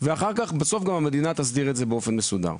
אחר כך המדינה גם תוכל לטפל בזה באופן מסודר.